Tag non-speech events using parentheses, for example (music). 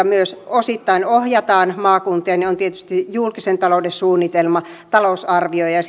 (unintelligible) myös osittain ohjataan maakuntia ovat tietysti julkisen talouden suunnitelma talousarvio ja ja (unintelligible)